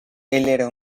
era